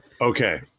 okay